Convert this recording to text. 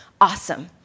Awesome